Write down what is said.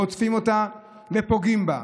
רודפים אותה ופוגעים בה?